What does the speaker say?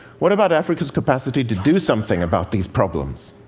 what about africa's capacity to do something about these problems?